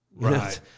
Right